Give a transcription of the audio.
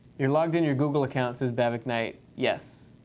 you're logged in your google account, says bavich knight. yes,